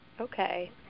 Okay